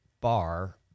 bar